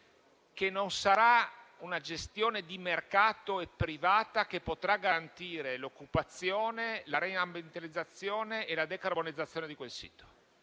che non sarà una gestione di mercato e privata a poter garantire l'occupazione, la reambientalizzazione e la decarbonizzazione di quel sito.